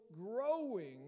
growing